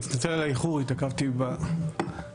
אני מתנצל על האיחור, התעכבתי בכניסה.